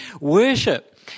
Worship